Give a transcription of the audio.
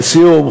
לסיום,